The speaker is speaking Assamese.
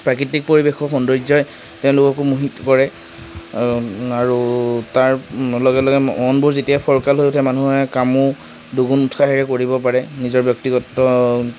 প্ৰাকৃতিক পৰিৱেশৰ সৌন্দৰ্যই তেওঁলোককো মোহিত কৰে আৰু তাৰ লগে লগে মনবোৰ যেতিয়া ফৰকাল হৈ উঠে মানুহে কামো দুগুণ উৎসাহেৰে কৰিব পাৰে নিজৰ ব্যক্তিগত